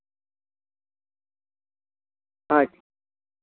ᱟᱪᱪᱷᱟ